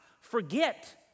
forget